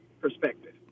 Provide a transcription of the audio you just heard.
perspective